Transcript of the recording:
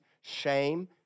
shame